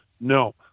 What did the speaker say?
no